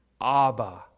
Abba